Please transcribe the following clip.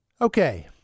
Okay